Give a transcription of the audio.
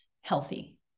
healthy